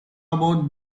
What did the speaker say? about